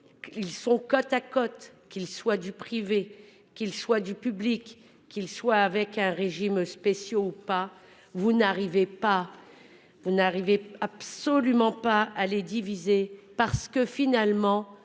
Ils sont côte à côte, qu'ils soient du privé, qu'ils soient du public qu'il soit avec un régime spéciaux ou pas, vous n'arrivez pas. Vous n'arrivez absolument pas à les diviser. Parce que finalement